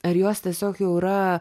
ar jos tiesiog jau yra